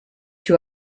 two